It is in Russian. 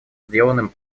сделанным